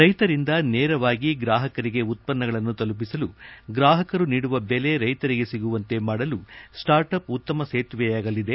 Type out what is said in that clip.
ರೈತರಿಂದ ನೇರವಾಗಿ ಗ್ರಾಹಕರಿಗೆ ಉತ್ಪನ್ನಗಳನ್ನು ತಲುಪಿಸಲು ಗ್ರಾಹಕರು ನೀಡುವ ಬೆಲೆ ರೈತರಿಗೆ ಸಿಗುವಂತೆ ಮಾಡಲು ಸ್ವಾರ್ಟ್ ಅಫ್ ಉತ್ತಮ ಸೇತುವೆಯಾಗಲಿದೆ